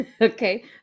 Okay